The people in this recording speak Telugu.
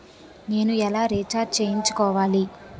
నేను ఎలా రీఛార్జ్ చేయించుకోవాలి?